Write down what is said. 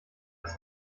dass